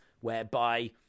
whereby